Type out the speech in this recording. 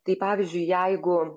tai pavyzdžiui jeigu